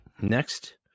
Next